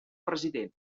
president